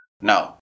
Now